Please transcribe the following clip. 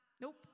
Nope